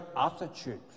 attitude